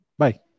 Bye